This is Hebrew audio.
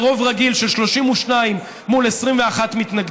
ברוב רגיל של 32 מול 21 מתנגדים,